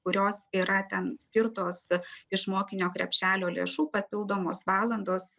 kurios yra ten skirtos iš mokinio krepšelio lėšų papildomos valandos